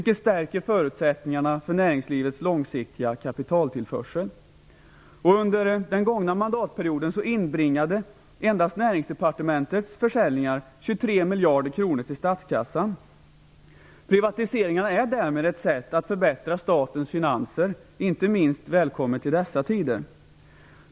Det stärker förutsättningarna för näringslivets långsiktiga kapitaltillförsel. Under den gångna mandatperioden inbringade endast Näringsdepartementets försäljningar 23 miljarder kronor till statskassan. Privatiseringar är ett sätt att förbättra statens finanser - inte minst välkommet i dessa tider.